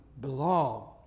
belong